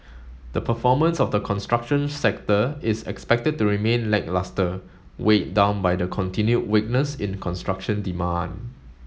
the performance of the construction sector is expected to remain lacklustre weighed down by the continued weakness in construction demand